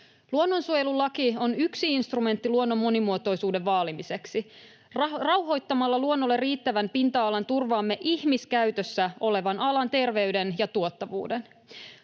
Luonnonsuojelulaki on yksi instrumentti luonnon monimuotoisuuden vaalimiseksi. Rauhoittamalla luonnolle riittävän pinta-alan turvaamme ihmiskäytössä olevan alan terveyden ja tuottavuuden.